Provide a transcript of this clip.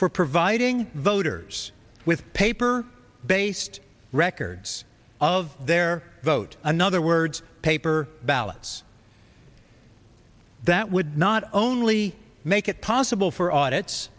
for providing voters with paper based records of their vote another words paper ballots that would not only make it possible for audits